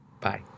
Bye